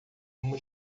uma